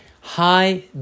high